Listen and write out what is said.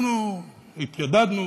אנחנו התיידדנו,